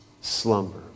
slumber